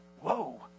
Whoa